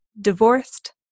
divorced